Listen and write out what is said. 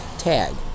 tag